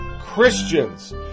Christians